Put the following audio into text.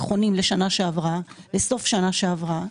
נכונים לסוף שנה שעברה.